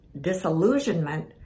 disillusionment